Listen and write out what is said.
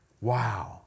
Wow